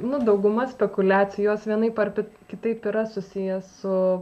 nu dauguma spekuliacijos vienaip ar kitaip yra susiję su